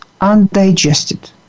undigested